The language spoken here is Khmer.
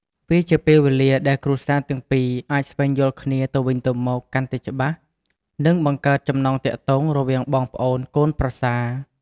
វាជាពេលវេលាដែលគ្រួសារទាំងពីរអាចស្វែងយល់គ្នាទៅវិញទៅមកកាន់តែច្បាស់ និងបង្កើតចំណងទាក់ទងរវាងបងប្អូនកូនប្រសា។